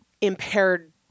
impaired